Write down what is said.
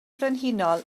frenhinol